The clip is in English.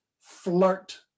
flirt